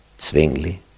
Zwingli